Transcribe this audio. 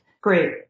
Great